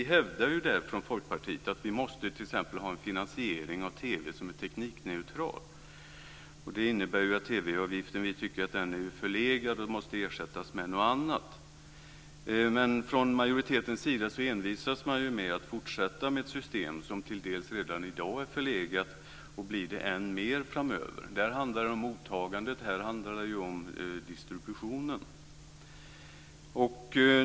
Från Folkpartiet hävdade vi där att vi t.ex. måste ha en finansiering av TV som är teknikneutral. Vi tycker att TV-avgiften är förlegad och måste ersättas med något annat. Men från majoritetens sida så envisas man ju med att fortsätta med ett system som till dels redan i dag är förlegat och blir det än mer framöver. Där handlade det om mottagandet. Här handlar det om distributionen.